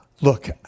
Look